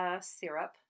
syrup